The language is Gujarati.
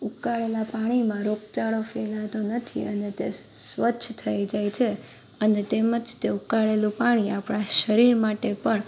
ઉકાળેલા પાણીમાં રોગચાળો ફેલાતો નથી અને તે સ્વચ્છ થઈ જાય છે અને તેમજ તે ઉકાળેલું પાણી આપણા શરીર માટે પણ